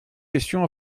questions